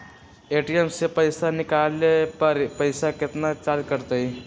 ATM से पईसा निकाले पर पईसा केतना चार्ज कटतई?